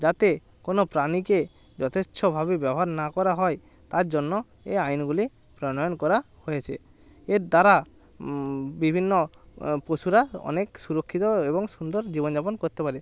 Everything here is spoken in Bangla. যাতে কোনো প্রাণীকে যথেচ্ছভাবে ব্যবহার না করা হয় তার জন্য এই আইনগুলি প্রণয়ন করা হয়েছে এর দ্বারা বিভিন্ন পশুরা অনেক সুরক্ষিত এবং সুন্দর জীবনযাপন করতে পারে